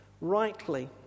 rightly